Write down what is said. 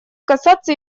касаться